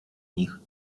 nich